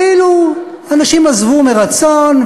כאילו אנשים עזבו מרצון,